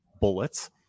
bullets